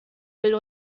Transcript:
will